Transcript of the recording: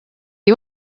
you